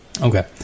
Okay